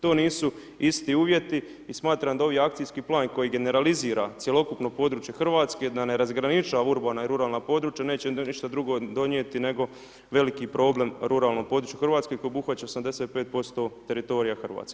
To nisu isti uvjeti i smatram da ovi akcijski plan koji generalizira cjelokupno područje Hrvatske da ne razgraničava urbana i ruralna područja neće ništa drugo donijeti nego veliki problem ruralnom području Hrvatske koji obuhvaća 75% teritorija Hrvatske.